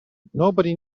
nobody